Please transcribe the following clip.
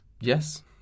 yes